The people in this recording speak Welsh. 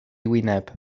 wyneb